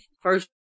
first